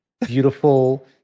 beautiful